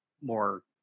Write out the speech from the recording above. more